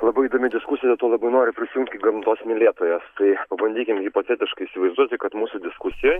labai įdomi diskusija dėl to labai noriu prisijungti kaip gamtos mylėtojas tai pabandykim hipotetiškai įsivaizduoti kad mūsų diskusijoj